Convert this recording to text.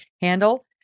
handle